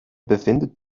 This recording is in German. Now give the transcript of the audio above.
befindet